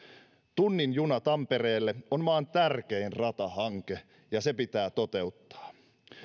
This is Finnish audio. tunnin juna tampereelle on maan tärkein ratahanke ja se pitää toteuttaa